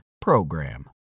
PROGRAM